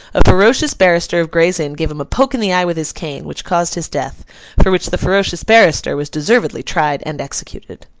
a ferocious barrister of gray's inn gave him a poke in the eye with his cane, which caused his death for which the ferocious barrister was deservedly tried and executed.